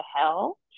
hell